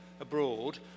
abroad